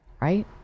right